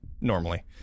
normally